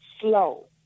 slow